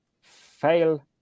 fail